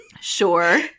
Sure